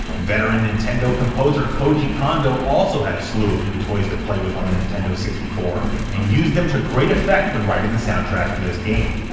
veteran nintendo composer koji kondo also had a slew of new toys to play with on the nintendo sixty four, and used them to great effect when writing the soundtrack for this game.